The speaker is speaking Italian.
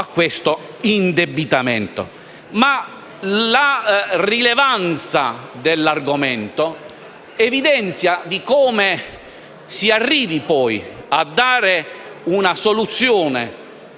la rilevanza dell'argomento evidenzia che si arriva a dare una soluzione